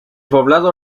poblado